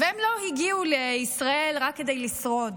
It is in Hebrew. הם לא הגיעו לישראל רק כדי לשרוד,